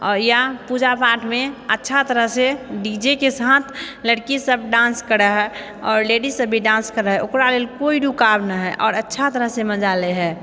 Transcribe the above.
या पूजापाठमे अच्छा तरहसँ डीजेके साथ लड़कीसब डांस करै हइ आओर लेडिजसब भी डांस करै हइ ओकरा लेल कोइ रुकाव नहि हइ आओर अच्छा तरहसँ मजा लै हइ